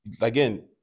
again